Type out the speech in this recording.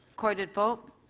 recorded vote.